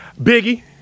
Biggie